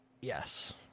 Yes